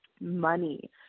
money